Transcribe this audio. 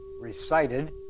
recited